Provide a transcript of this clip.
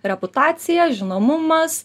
reputacija žinomumas